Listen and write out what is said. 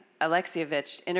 Alexievich